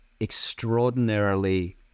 extraordinarily